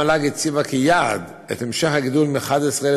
המל"ג הציבה כיעד את המשך הגידול מ-11,000